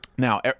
now